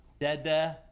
dada